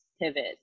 pivot